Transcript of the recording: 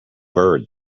bird